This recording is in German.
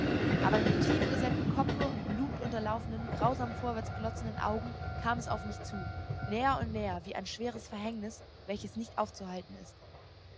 aber mit tief gesenktem kopfe und blutunterlaufenen grausam vorwärts glotzenden augen kam es auf mich zu näher und näher wie ein schweres verhängnis welches nicht aufzuhalten ist